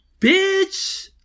Bitch